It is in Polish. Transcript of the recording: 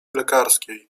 lekarskiej